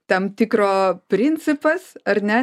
tam tikro principas ar ne